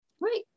Right